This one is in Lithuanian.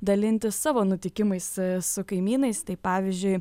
dalintis savo nutikimais su kaimynais tai pavyzdžiui